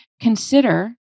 Consider